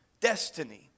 destiny